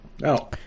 No